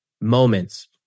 moments